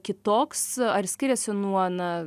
kitoks ar skiriasi nuo na